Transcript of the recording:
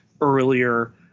earlier